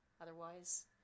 Otherwise